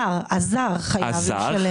הזר חייב לשלם.